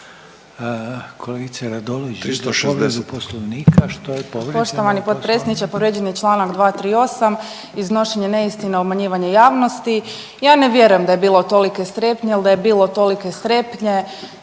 potpredsjedniče povrijeđen je čl. 238. iznošenje neistina i obmanjivanje javnosti. Ja ne vjerujem da je bilo tolike strepnje, jel da je bilo tolike strepnje